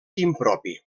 impropi